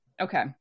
Okay